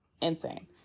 Insane